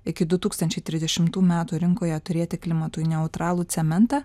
iki du tūkstančiai trisdešimtų metų rinkoje turėti klimatui neutralų cementą